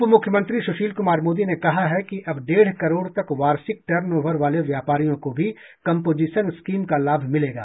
उपमुख्यमंत्री सुशील कुमार मोदी ने कहा है कि अब डेढ़ करोड़ तक वार्षिक टर्नओवर वाले व्यापारियों को भी कम्पोजिशन स्कीम का लाभ मिलेगा